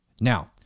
Now